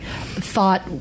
thought